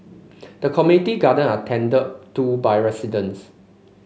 the community garden are tended to by residents